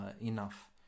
enough